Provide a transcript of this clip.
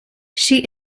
she